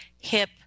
hip